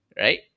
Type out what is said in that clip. right